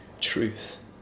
truth